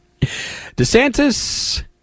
DeSantis